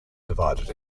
divided